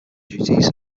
duties